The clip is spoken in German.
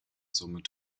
somit